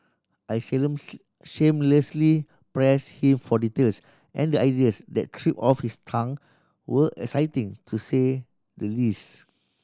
I shamelessly pressed him for details and the ideas that tripped off his tongue were exciting to say the least